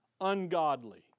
ungodly